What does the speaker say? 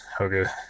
okay